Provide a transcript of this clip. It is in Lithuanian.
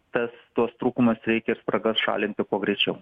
tas tuos trūkumus reikia ir spragas šalinti kuo greičiau